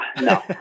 no